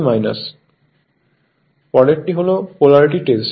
পরেরটি হল polarity test